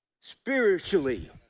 spiritually